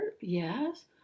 Yes